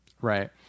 Right